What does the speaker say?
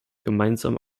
gemeinsamen